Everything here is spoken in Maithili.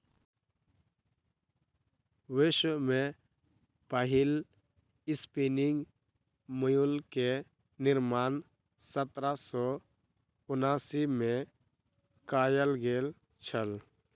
विश्व में पहिल स्पिनिंग म्यूल के निर्माण सत्रह सौ उनासी में कयल गेल छल